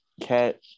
Cat